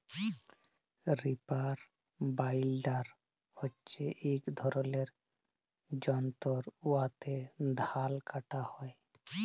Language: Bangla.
রিপার বাইলডার হছে ইক ধরলের যল্তর উয়াতে ধাল কাটা হ্যয়